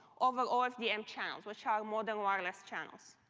over ofdm channels, which are more than wireless channels.